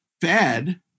Fed